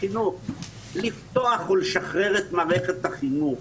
לפתוח ולשחרר את מערכת החינוך.